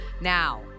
Now